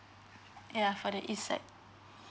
yeah for the east side